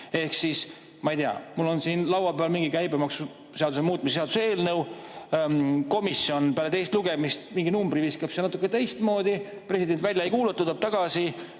Ehk siis, ma ei tea, mul on siin laua peal käibemaksuseaduse muutmise seaduse eelnõu. Komisjon peale teist lugemist mingi numbri viskab seal natuke teistmoodi, president välja ei kuuluta, tuleb tagasi,